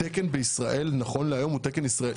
התקן בישראל, נכון להיום, הוא תקן ישראלי.